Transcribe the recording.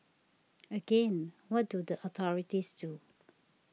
again what do the authorities do